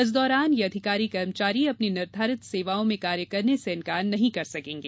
इस दौरान ये अधिकारी कर्मचारी अपनी निर्धारित सेवाओं में कार्य करने से इंकार नहीं कर सकेंगे